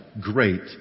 great